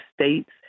states